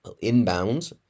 inbound